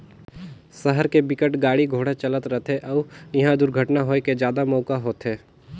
सहर के बिकट के गाड़ी घोड़ा चलत रथे अउ इहा दुरघटना होए के जादा मउका होथे